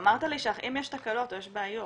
אמרת לי אם יש תקלות או יש בעיות,